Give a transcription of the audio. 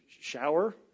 shower